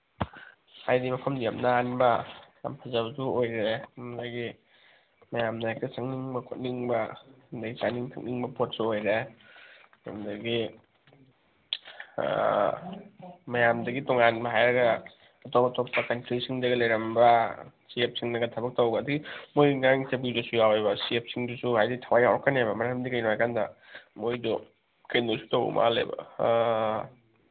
ꯍꯥꯏꯗꯤ ꯃꯐꯝꯗꯨ ꯌꯥꯝ ꯅꯥꯟꯕ ꯌꯥꯝ ꯐꯖꯕꯁꯨ ꯑꯣꯏꯔꯦ ꯑꯗꯒꯤ ꯃꯌꯥꯝꯅ ꯍꯦꯛꯇ ꯆꯪꯅꯤꯡꯕ ꯈꯣꯠꯅꯤꯡꯕ ꯑꯗꯒꯤ ꯆꯥꯅꯤꯡꯕ ꯊꯛꯅꯤꯡꯕ ꯄꯣꯠꯁꯨ ꯑꯣꯏꯔꯦ ꯆꯨꯝꯅꯒꯤ ꯃꯌꯥꯝꯗꯒꯤ ꯇꯣꯉꯥꯟꯕ ꯍꯥꯏꯔꯒ ꯑꯇꯣꯞ ꯑꯇꯣꯞꯄ ꯀꯟꯇ꯭ꯔꯤꯁꯤꯡꯗꯒ ꯂꯩꯔꯝꯕ ꯆꯦꯞꯁꯤꯡꯅꯒ ꯊꯕꯛ ꯇꯧꯕ ꯑꯗꯒꯤ ꯃꯣꯏ ꯌꯥꯎꯋꯦꯕ ꯆꯦꯞꯁꯤꯡꯗꯨꯁꯨ ꯍꯥꯏꯗꯤ ꯊꯋꯥꯏ ꯌꯥꯎꯔꯛꯀꯅꯦꯕ ꯃꯔꯝꯗꯤ ꯀꯩꯒꯤꯅꯣ ꯍꯥꯏꯀꯥꯟꯗ ꯃꯣꯏꯗꯣ ꯀꯩꯅꯣꯁꯨ ꯇꯧꯕ ꯃꯥꯜꯂꯦꯕ